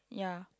yeah